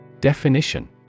Definition